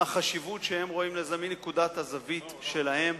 החשיבות שהם רואים בה מנקודת המבט שלהם.